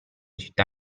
città